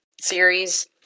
series